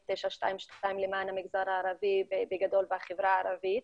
922 למען המגזר הערבי ובגדול לחברה הערבית.